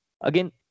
Again